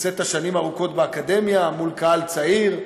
הרצית שנים ארוכות באקדמיה מול קהל צעיר.